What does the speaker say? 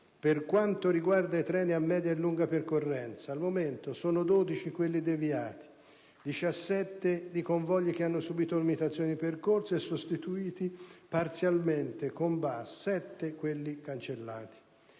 per quanto riguarda i treni a media e lunga percorrenza, al momento sono 12 quelli deviati, 17 i convogli che hanno subito limitazioni di percorso e sostituiti parzialmente con bus, 7 quelli cancellati.